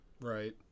Right